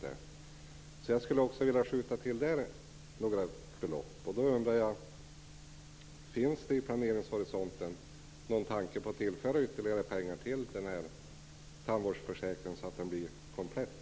I fråga om detta skulle jag vilja skjuta till en del pengar. Jag undrar om det på planeringshorisonten finns någon tanke om att tillföra ytterligare pengar till tandvårdsförsäkringen så att den blir komplett?